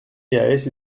est